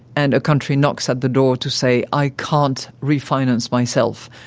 and a country knocks at the door to say, i can't refinance myself.